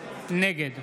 נגד